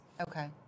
Okay